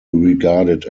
regarded